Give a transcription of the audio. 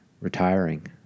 retiring